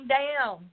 down